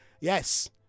Yes